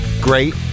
great